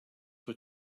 were